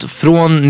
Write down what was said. från